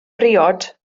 briod